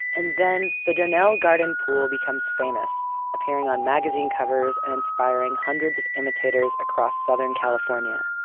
and then the donnell garden pool becomes famous, appearing on magazine covers, and inspiring hundreds of imitators across southern california.